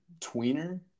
tweener